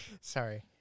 Sorry